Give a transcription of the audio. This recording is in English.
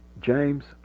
james